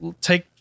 take